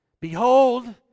Behold